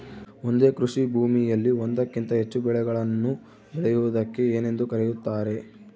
ಒಂದೇ ಕೃಷಿಭೂಮಿಯಲ್ಲಿ ಒಂದಕ್ಕಿಂತ ಹೆಚ್ಚು ಬೆಳೆಗಳನ್ನು ಬೆಳೆಯುವುದಕ್ಕೆ ಏನೆಂದು ಕರೆಯುತ್ತಾರೆ?